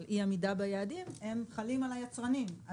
על אי עמידה ביעדים חלים על היצרנים.